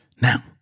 Now